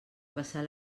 passar